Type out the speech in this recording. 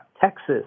Texas